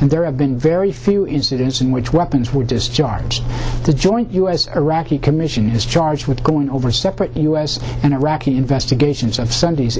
and there have been very few incidents in which weapons were discharged the joint u s iraqi commission is charged with going over separate u s and iraqi investigations of sunday